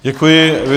Děkuji.